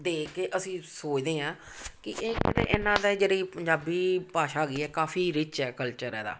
ਦੇ ਕੇ ਅਸੀਂ ਸੋਚਦੇ ਹਾਂ ਕਿ ਇਹ ਇਹਨਾਂ ਦਾ ਜਿਹੜੀ ਪੰਜਾਬੀ ਭਾਸ਼ਾ ਹੈਗੀ ਹੈ ਕਾਫੀ ਰਿੱਚ ਹੈ ਕਲਚਰ ਇਹਦਾ